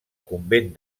convent